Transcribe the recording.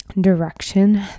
direction